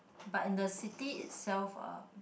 but in the city itself um